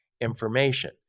information